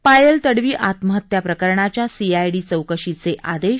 पायल तडवी आत्महत्या प्रकरणाच्या C I D चौकशीचे आदेश